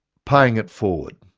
paying it forward.